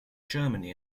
germany